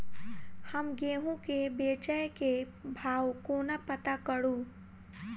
हम गेंहूँ केँ बेचै केँ भाव कोना पत्ता करू?